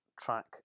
track